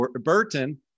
Burton